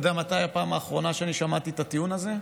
אתה יודע מתי בפעם האחרונה אני שמעתי את הטיעון הזה?